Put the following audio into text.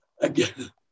Again